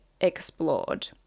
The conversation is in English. explored